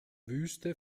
wüste